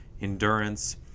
endurance